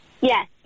Yes